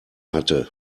hatte